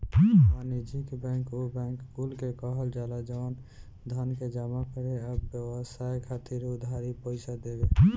वाणिज्यिक बैंक उ बैंक कुल के कहल जाला जवन धन के जमा करे आ व्यवसाय खातिर उधारी पईसा देवे